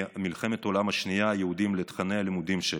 היהודים ממלחמת העולם השנייה לתוכני הלימודים שלה.